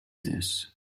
this